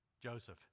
Joseph